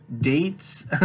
dates